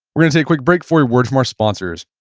we're gonna take a quick break, for a word from our sponsors.